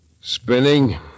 Spinning